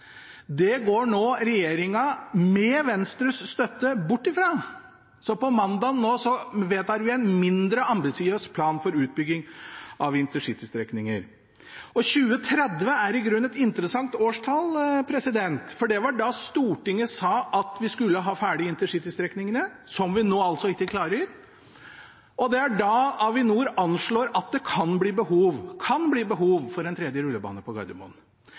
Det går nå regjeringen, med Venstres støtte, bort fra, så nå på mandag vedtar vi en mindre ambisiøs plan for utbygging av intercitystrekninger. Og 2030 er i grunnen et interessant årstall, for det var da Stortinget sa at vi skulle ha ferdig intercitystrekningene, som vi nå altså ikke klarer, og det er da Avinor anslår at det kan bli behov – kan bli behov – for en tredje rullebane på Gardermoen.